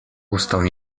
ustom